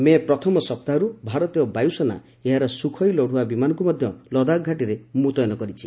ମେ' ପ୍ରଥମ ସପ୍ତାହରୁ ଭାରତୀୟ ବାୟୁସେନା ଏହାର ସୁଖୋଇ ଲଢୁଆ ବିମାନକୁ ମଧ୍ୟ ଲଦାଖ ଘାଟିରେ ମୁତୟନ କରିଛି